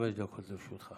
חמש דקות לרשותך.